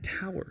tower